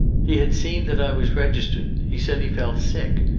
he had seen that i was registered. he said he felt sick.